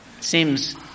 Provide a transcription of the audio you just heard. Seems